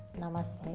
namaste.